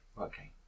Okay